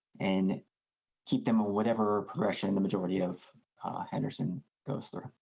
and keep them ah whatever progression the majority of henderson goes through.